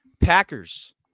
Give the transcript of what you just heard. Packers